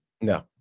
No